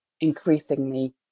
increasingly